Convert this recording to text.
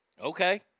Okay